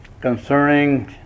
concerning